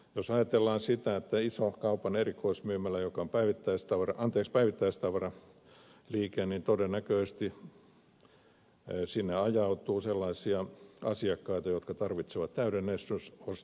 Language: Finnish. jos ajatellaan sitä että on ison kaupan erikoismyymälä joka on päivittäistavaraliike niin todennäköisesti sinne ajautuu sellaisia asiakkaita jotka tarvitsevat täyden myös rus plus